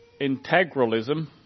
Integralism